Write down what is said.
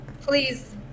Please